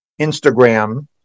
instagram